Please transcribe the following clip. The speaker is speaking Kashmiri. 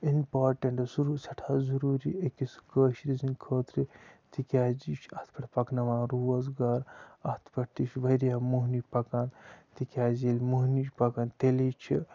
اِمپوٹٮ۪نٛٹ سُہ روز سٮ۪ٹھاہ ضٔروٗری أکِس کٲشرِس سٕنٛدۍ خٲطرٕ تِکیٛازِ یہِ چھُ اَتھ پٮ۪ٹھ پَکناوان روزگار اَتھ پٮ۪ٹھ تہِ چھُ واریاہ مٔہنی پَکان تِکیٛازِ ییٚلہِ مٔہنی چھِ پَکان تیٚلی چھِ